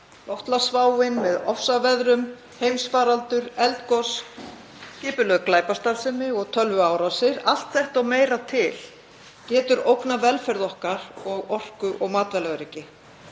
loftslagsváin með ofsaveðrum, heimsfaraldur, eldgos, skipulögð glæpastarfsemi og tölvuárásir. Allt þetta og meira til getur ógnað velferð okkar og orku- og matvælaöryggi.